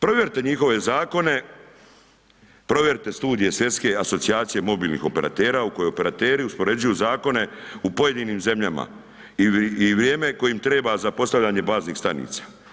Provjerite njihove zakone, provjerite studije svjetske asocijacije mobilnih operatera u kojoj operateri uspoređuju zakone u pojedinim zemljama i vrijeme koje im treba za postavljanje baznih stanica.